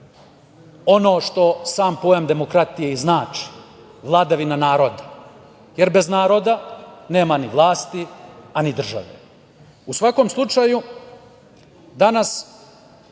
ono što sam pojam demokratije i znači - vladavina naroda. Jer, bez naroda nema ni vlasti, a ni države.U svakom slučaju, danas